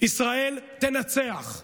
ישראל תנצח,